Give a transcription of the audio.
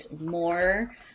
more